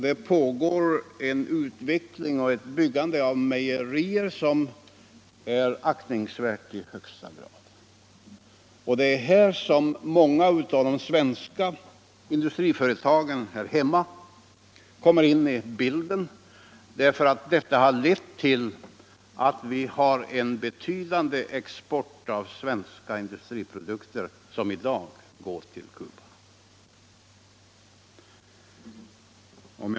Där pågår en stark utveckling, bl.a. med byggande av mejerier, som är i högsta grad anmärkningsvärd. Och det är där som många industriföretag här hemma kommer in i bilden, ty den utbyggnaden har lett till att vi har fått en betydande export av svenska industriprodukter till Cuba.